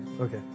Okay